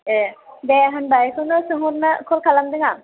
ए दे होनबा बेखौनो सोंहरनो कल खालामदों आं